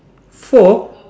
four